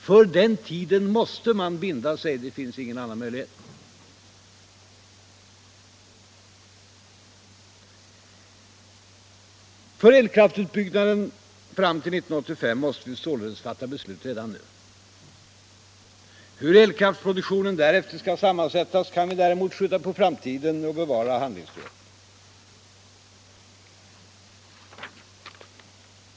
För den tiden måste man binda sig, det finns ingen annan möjlighet. För elkraftutbyggnaden fram till 1985 måste vi således fatta beslut redan nu. Hur elkraftproduktionen därefter skall sammansättas kan vi däremot skjuta på framtiden och därmed bevara handlingsfriheten.